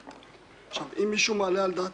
היחידה שיכולה להגיד